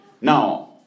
Now